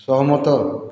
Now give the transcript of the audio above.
ସହମତ